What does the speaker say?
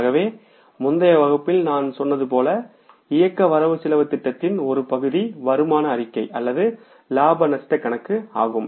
ஆகவே முந்தைய வகுப்புகளில் நான் சொன்னது போல இயக்க வரவு செலவுத் திட்டத்தின் ஒரு பகுதி வருமான அறிக்கை அல்லது லாப நஷ்டக் கணக்கு ஆகும்